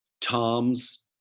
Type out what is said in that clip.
Tom's